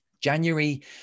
January